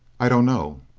i don't know.